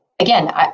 Again